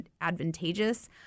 advantageous